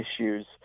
issues